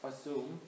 assume